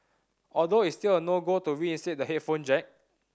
although it's still a no go to reinstate the headphone jack